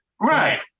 Right